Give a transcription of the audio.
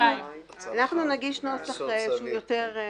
אנחנו נגיש נוסח שהוא יותר מדויק.